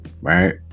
right